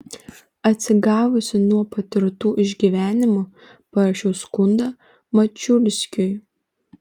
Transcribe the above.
atsigavusi nuo patirtų išgyvenimų parašiau skundą mačiulskiui